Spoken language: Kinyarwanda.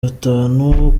batanu